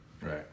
Right